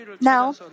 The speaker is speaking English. Now